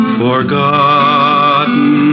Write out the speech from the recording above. forgotten